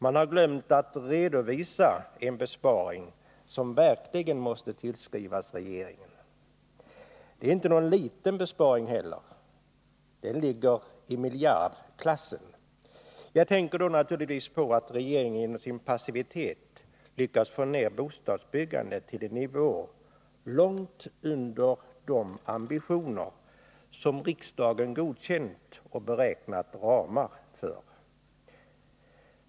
Man har glömt att redovisa en besparing som verkligen måste tillskrivas regeringen. Det är inte någon liten besparing heller, den ligger i miljardklassen. Jag tänker då naturligtvis på att regeringen genom sin passivitet lyckats få ner bostadsbyggandet till en nivå långt under de ambitioner som riksdagen godkänt och beräknat ramar för.